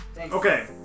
Okay